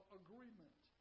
agreement